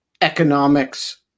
economics